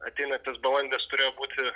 ateinantis balandis turėjo būti